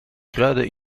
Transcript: kruiden